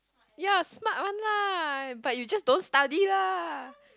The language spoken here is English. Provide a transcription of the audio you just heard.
ya smart one lah but you just don't study lah